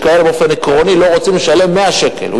יש כאלה שבאופן עקרוני לא רוצים לשלם 100 שקל.